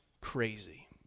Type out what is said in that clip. crazy